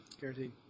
Guaranteed